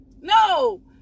No